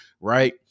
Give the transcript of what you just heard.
right